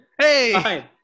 Hey